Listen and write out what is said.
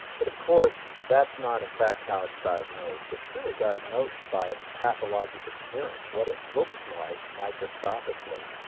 but of course that's not in fact how it's diagnosed. it's really diagnosed by its pathologic appearance, what it looks like microscopically.